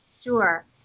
Sure